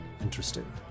interesting